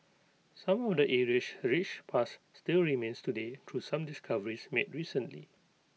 some of the area's rich past still remains today through some discoveries made recently